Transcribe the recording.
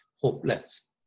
hopeless